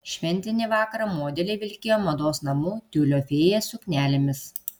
šventinį vakarą modeliai vilkėjo mados namų tiulio fėja suknelėmis